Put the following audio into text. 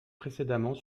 précédemment